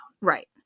Right